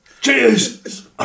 Cheers